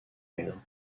air